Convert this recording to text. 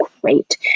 great